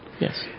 Yes